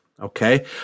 Okay